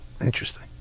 Interesting